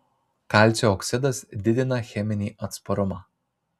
kalcio oksidas didina cheminį atsparumą